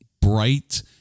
bright